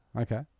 Okay